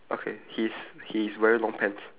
okay he's he is wearing long pants